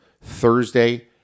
Thursday